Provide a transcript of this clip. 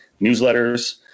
newsletters